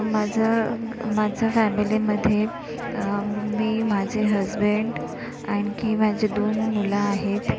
माझं माझ्या फॅमिलीमध्ये मी माझे हसबैंड आणखी माझे दोन मुलं आहेत